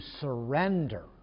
surrender